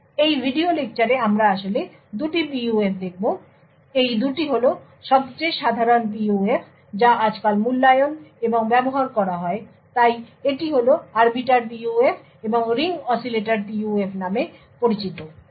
সুতরাং এই ভিডিও লেকচারে আমরা আসলে দুটি PUF দেখব এই 2টি হল সবচেয়ে সাধারণ PUF যা আজকাল মূল্যায়ন এবং ব্যবহার করা হয় তাই এটি হল আরবিটার PUF এবং রিং অসিলেটর PUF নামে পরিচিত কিছু